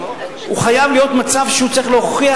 הוא חייב להיות במצב שהוא צריך להוכיח